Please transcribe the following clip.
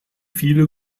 viele